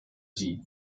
sie